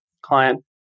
client